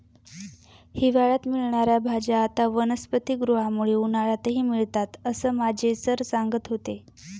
हिवाळ्यात मिळणार्या भाज्या आता वनस्पतिगृहामुळे उन्हाळ्यातही मिळतात असं माझे सर सांगत होते